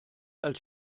als